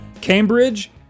Cambridge